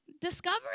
discover